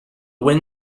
win